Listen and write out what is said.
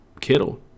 Kittle